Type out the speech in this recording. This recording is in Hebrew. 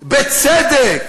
בצדק,